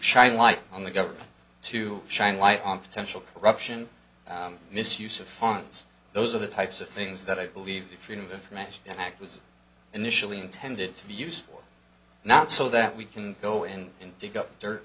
shine a light on the government to shine light on potential corruption misuse of funds those are the types of things that i believe the freedom of information act was initially intended to be used not so that we can go in and dig up dirt